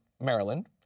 Maryland